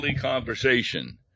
conversation